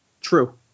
True